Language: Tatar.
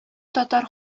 татар